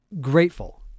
grateful